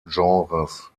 genres